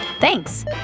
Thanks